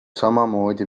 samamoodi